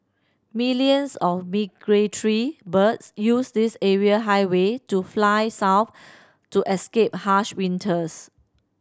millions of migratory birds use this aerial highway to fly south to escape harsh winters